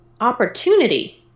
opportunity